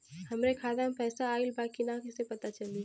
हमरे खाता में पैसा ऑइल बा कि ना कैसे पता चली?